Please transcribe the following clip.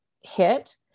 hit